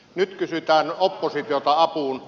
nyt kysytään oppositiota apuun